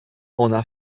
ona